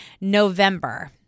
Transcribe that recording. November